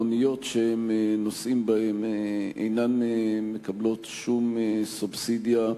נהגי המוניות שהם נוסעים בהן אינן מקבלים שום סובסידיה,